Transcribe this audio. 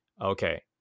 okay